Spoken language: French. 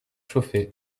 chauffer